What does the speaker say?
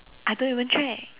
I don't even check